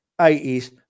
80s